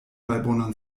malbonan